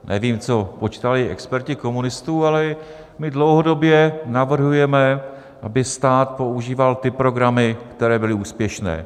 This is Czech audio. Nevím, co počítali experti komunistů, ale my dlouhodobě navrhujeme, aby stát používal ty programy, které byly úspěšné.